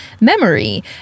memory